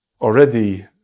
already